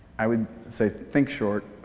i would say think short.